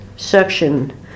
section